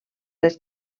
res